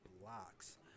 blocks